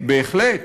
בהחלט.